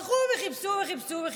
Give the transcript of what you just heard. הלכו וחיפשו וחיפשו וחיפשו.